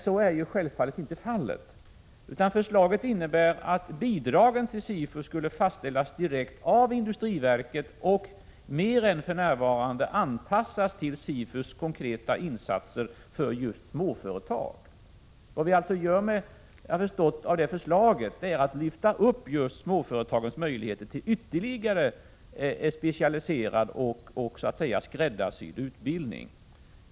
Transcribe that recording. Så är naturligtvis inte fallet. Förslaget innebär att bidragen till SIFU skulle fastställas direkt av industriverket och mer än för närvarande anpassas till SIFU:s konkreta insatser för just småföretag. Vad vi gör i och med det förslaget är alltså att vi lyfter upp just småföretagens möjligheter till ytterligare specialiserad och så att säga skräddarsydd utbildning.